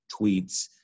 tweets